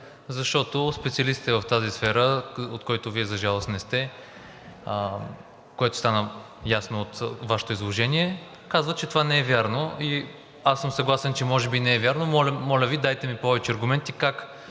защото специалистите в тази сфера, от които Вие, за жалост, не сте – което стана ясно от Вашето изложение, казват, че това не е вярно? Аз съм съгласен, че може би не е вярно. Моля Ви, дайте ми повече аргументи как